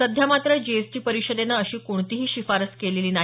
सध्या मात्र जीएसटी परिषदेनं अशी कोणतीही शिफारस केलेली नाही